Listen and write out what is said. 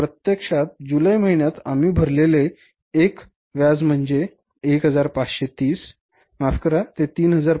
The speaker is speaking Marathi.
आणि प्रत्यक्षात जुलै महिन्यात आम्ही भरलेले एक व्याज म्हणजे 1530 माफ करा ते आहे 3530